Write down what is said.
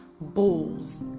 balls